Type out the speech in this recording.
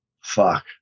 fuck